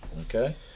okay